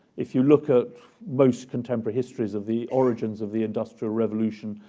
if you look at most contemporary histories of the origins of the industrial revolution,